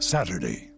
Saturday